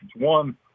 One